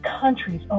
countries